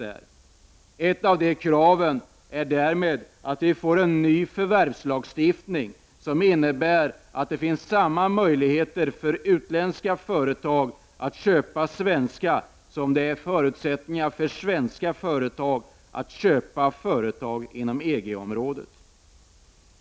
Bl.a. behöver vi en ny förvärvslagstiftning som innebär att det blir lika möjligheter för utländska företag att köpa svenska som för svenska företag att köpa företag inom EG området.